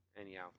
Anyhow